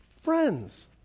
friends